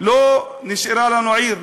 לא נשארה לנו עיר.